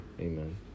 Amen